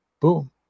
Boom